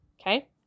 Okay